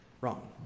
wrong